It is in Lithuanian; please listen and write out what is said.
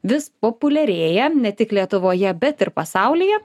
vis populiarėja ne tik lietuvoje bet ir pasaulyje